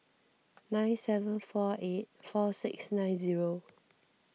nine seven four eight four six nine zero